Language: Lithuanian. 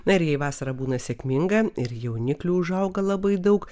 na ir jei vasara būna sėkminga ir jauniklių užauga labai daug